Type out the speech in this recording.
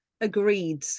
Agreed